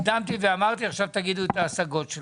הקדמתי ואמרתי, עכשיו תגידו את ההשגות שלכם.